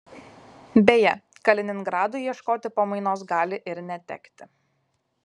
beje kaliningradui ieškoti pamainos gali ir netekti